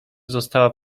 pozostała